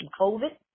COVID